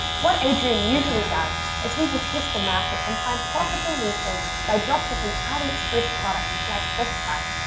what adrian usually does is he will test the market and find profitable niches by drop shipping aliexpress products like this one,